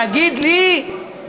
להגיד לי,